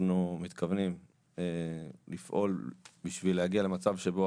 אנחנו מתכוונים לפעול בשביל להגיע למצב שבו